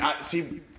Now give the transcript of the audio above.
see